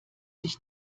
sich